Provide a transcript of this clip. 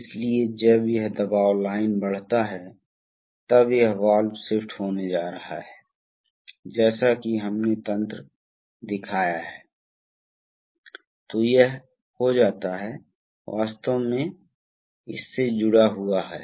इसलिए यदि किसी कारण से आपने इतना भारी भार डाल दिया है जिसे एक पंप द्वारा नियंत्रित नहीं किया जा सकता है तो उस स्थिति में यह राहत वाल्व बाहर निकल जाएगा